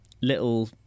little